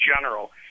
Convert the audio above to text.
general